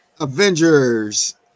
Avengers